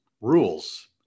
rules